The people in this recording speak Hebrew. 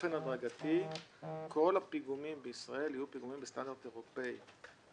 ושבאופן הדרגתי כל הפיגומים בישראל יהיו בסטנדרט אירופי.